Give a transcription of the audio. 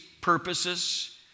purposes